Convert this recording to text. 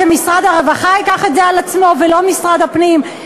שמשרד הרווחה ייקח את זה על עצמו ולא משרד הפנים?